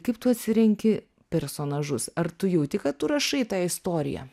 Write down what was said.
kaip tu atsirenki personažus ar tu jauti kad tu rašai tą istoriją